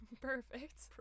Perfect